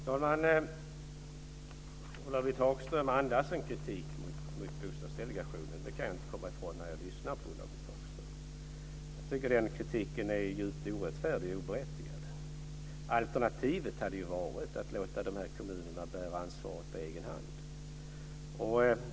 Fru talman! Ulla-Britt Hagström andas en kritik mot Bostadsdelegationen. Det kan jag inte komma ifrån när jag lyssnar på Ulla-Britt Hagström. Jag tycker att den kritiken är djupt orättfärdig och oberättigad. Alternativet hade varit att låta kommunerna bära ansvaret på egen hand.